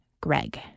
Greg